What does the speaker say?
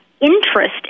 interest